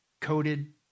coated